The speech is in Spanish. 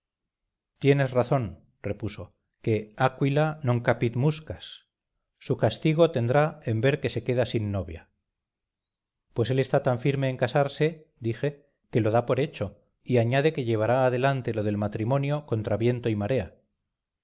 tienes razón repuso que aquila non capit muscas su castigo tendrá en ver que se queda sin novia pues él está tan firme en casarse dije que lo da por hecho y añade que llevará adelante lo del matrimonio contra viento y marea